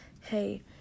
hey